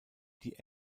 die